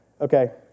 okay